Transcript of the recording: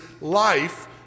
life